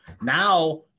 now